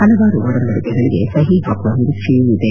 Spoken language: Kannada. ಹಲವಾರು ಒಡಂಬಡಿಕೆಗಳಿಗೆ ಸಹಿ ಹಾಕುವ ನಿರೀಕ್ಷೆಯೂ ಇದೆ